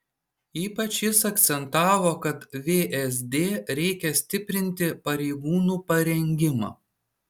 ypač jis akcentavo kad vsd reikia stiprinti pareigūnų parengimą